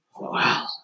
Wow